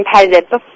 competitive